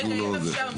רגע אם אפשר,